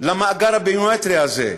למאגר הביומטרי הזה?